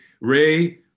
ray